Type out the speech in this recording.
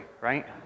right